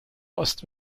ost